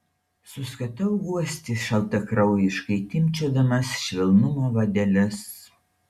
suskatau guosti šaltakraujiškai timpčiodamas švelnumo vadeles